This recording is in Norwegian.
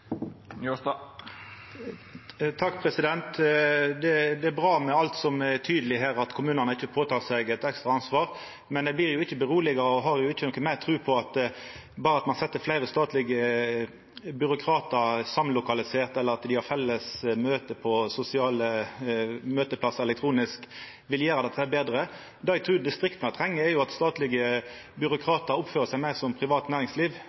seg eit ekstra ansvar, men eg blir ikkje roleg av og har ikkje meir tru på at berre ein samlokaliserer fleire statlege byråkratar eller har felles møte på elektroniske sosiale møteplassar, vil dette bli betre. Det eg trur at distrikta treng, er at statlege byråkratar oppfører seg meir som